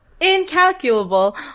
incalculable